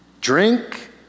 drink